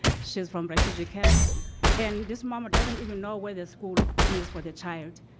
she's from refugee camps and this mom doesn't even know where the school is for the child.